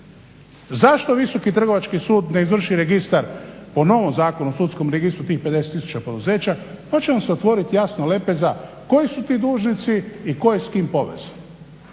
Zašto Visoki trgovački sud ne izvrši registar po novom Zakonu o sudskom registru, tih 50000 poduzeća pa će vam se otvorit jasno lepeza koji su ti dužnici i tko je s kim …/Ne